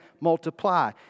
multiply